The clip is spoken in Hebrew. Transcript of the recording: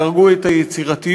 יהרגו את היצירתיות,